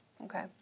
okay